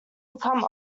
become